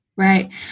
Right